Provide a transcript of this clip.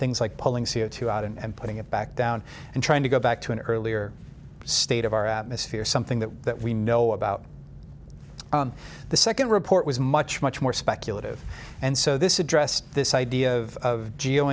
things like pulling c o two out and putting it back down and trying to go back to an earlier state of our atmosphere something that that we know about the second report was much much more speculative and so this addressed this idea of